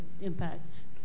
impacts